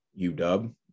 UW